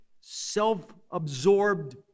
self-absorbed